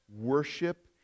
worship